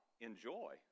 enjoy